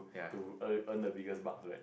to earn earn the biggest bucks right